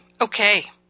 Okay